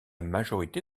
majorité